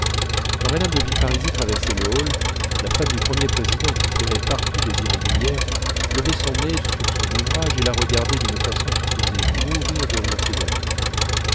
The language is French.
quand mme de villeparisis traversait le hall la femme du premier président qui flairait partout des irrégulières levait son nez sur son ouvrage et la regardait d'une façon qui faisait mourir de rire ses amies